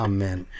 Amen